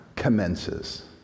commences